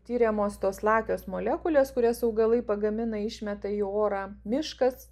tiriamos tos lakios molekulės kurias augalai pagamina išmeta į orą miškas